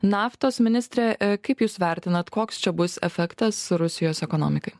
naftos ministre kaip jūs vertinat koks čia bus efektas rusijos ekonomikai